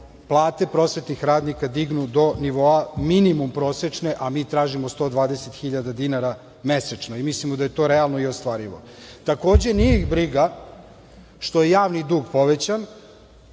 plate prosvetnih radnika dignu do nivoa minimum prosečne, a mi tražimo 120.000 dinara mesečno i mislimo da je to realno i ostvarivo. Takođe, nije ih briga što je javni dug povećan,